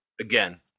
Again